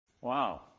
Wow